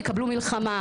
הם יקבלו מלחמה.